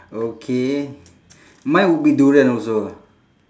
okay mine would be durian also